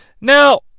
Now